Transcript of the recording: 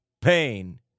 pain